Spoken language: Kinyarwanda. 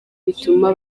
bituma